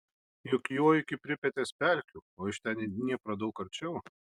juk juo iki pripetės pelkių o iš ten į dnieprą daug arčiau